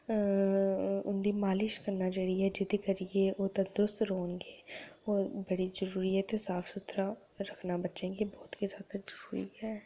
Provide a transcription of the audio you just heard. उंदी मालिश करना जेह्ड़ी ऐ जेह्दे करियै ओह् तंदरुस्त रौह्ग बड़ी जरूरी ऐ ते साफ सुथरा रक्खना बच्चे गी बहुत गे जैदा जरूरी ऐ